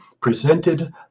presented